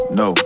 no